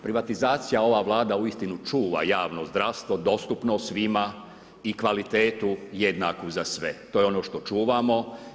Privatizacija, ova Vlada uistinu čuva javno zdravstvo, dostupno svima i kvalitetu jednaku za sve, to je ono što čuvamo.